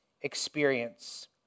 experience